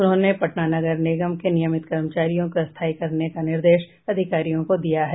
उन्होंने पटना नगर निगम के नियमित कर्मचारियों को स्थायी करने का निर्देश अधिकारियों को दिया है